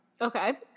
Okay